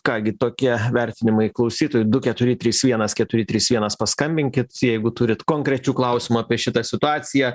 ką gi tokie vertinimai klausytojai du keturi trys vienas keturi trys vienas paskambinkit jeigu turit konkrečių klausimų apie šitą situaciją